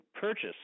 purchase